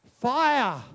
fire